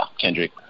Kendrick